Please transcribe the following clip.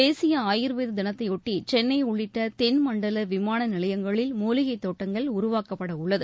தேசிய ஆயுர்வேத தினத்தையொட்டி சென்னை உள்ளிட்ட தென்மண்டல விமான நிலையங்களில் மூலிகைத் தோட்டங்கள் உருவாக்கப்படவுள்ளது